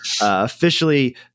officially